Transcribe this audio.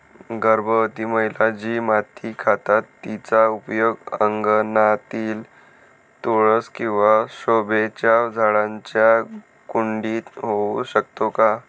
गर्भवती महिला जी माती खातात तिचा उपयोग अंगणातील तुळस किंवा शोभेच्या झाडांच्या कुंडीत होऊ शकतो का?